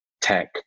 tech